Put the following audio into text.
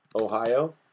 Ohio